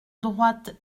droite